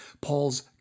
Paul's